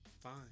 Fine